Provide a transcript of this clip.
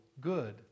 good